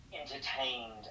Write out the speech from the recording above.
entertained